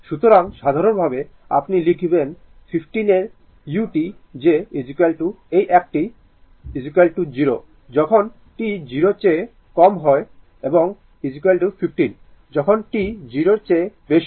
সুতরাং সাধারণভাবে আপনি লিখবেন 15 এর u যে এই একটি 0 যখন t 0 চেয়ে এর কম এবং 15 যখন t 0 এর চেয়ে বেশি